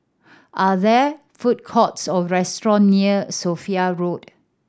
are there food courts or restaurant near Sophia Road